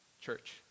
Church